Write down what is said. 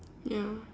ya